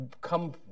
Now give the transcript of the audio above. come